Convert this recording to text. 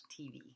TV